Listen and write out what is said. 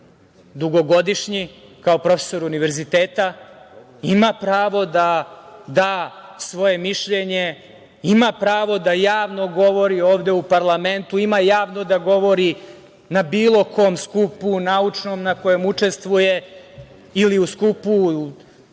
dugogodišnji, kao profesor univerziteta ima pravo da da svoje mišljenje, ima pravo da javno govori ovde u parlamentu, ima javno da govori na bilo kom skupu naučnom u kojem učestvuje ili u skupu i sastanku